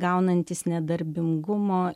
gaunantys nedarbingumo